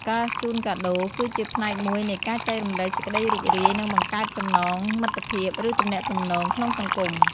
ការជូនកាដូ គឺជាផ្នែកមួយនៃការចែករំលែកសេចក្តីរីករាយ និងបង្កើតចំណងមិត្តភាព ឬទំនាក់ទំនងក្នុងសង្គម។